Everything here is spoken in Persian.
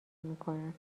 میکنن